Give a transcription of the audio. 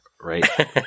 right